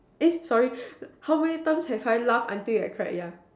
eh sorry how many times have I laughed until I cried yeah